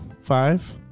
Five